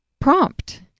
prompt